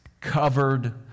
covered